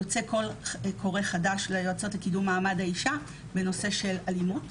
יוצא "קול קורא" ליועצות לקידום מעמד האישה בנושא של אלימות,